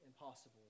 impossible